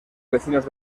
vecinos